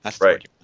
Right